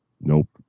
Nope